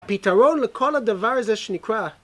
פתרון לכל הדבר הזה שנקרא